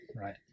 right